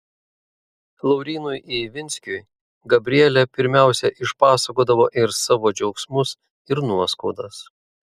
laurynui ivinskiui gabrielė pirmiausia išpasakodavo ir savo džiaugsmus ir nuoskaudas